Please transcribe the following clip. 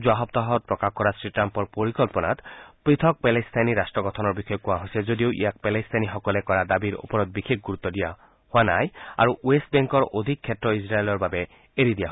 যোৱা সপ্তাহত প্ৰকাশ কৰা শ্ৰীট্টাম্পৰ পৰিকল্পনাত পৃথক পেলেটাইনী ৰাট্ট গঠনৰ বিষয়ে কোৱা হৈছে যদিও ইয়াক পেলেটাইনীসকলে কৰা দাবীৰ ওপৰত বিশেষ গুৰুত্ব দিয়া হোৱা নাই আৰু ৱেষ্ট বেংকৰ অধিক ক্ষেত্ৰ ইজৰাইলৰ বাবে এৰি দিয়া হৈছে